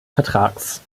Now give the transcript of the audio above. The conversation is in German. vertrags